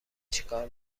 چیکار